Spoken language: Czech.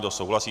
Kdo souhlasí?